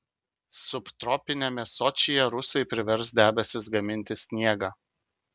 subtropiniame sočyje rusai privers debesis gaminti sniegą